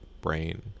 brain